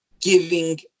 giving